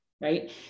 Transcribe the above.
right